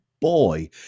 Boy